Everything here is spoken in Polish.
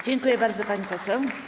Dziękuję bardzo, pani poseł.